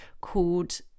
called